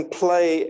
play